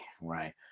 right